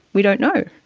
we don't know.